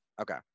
Okay